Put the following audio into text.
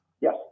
Yes